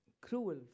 cruel